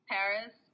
Paris